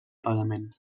pagament